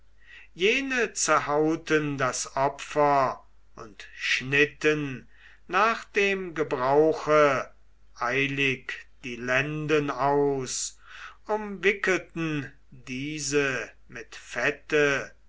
jene zerhauten das opfer und schnitten nach dem gebrauche eilig die lenden aus umwickelten diese mit fette